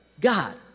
God